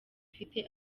ufite